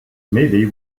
maybe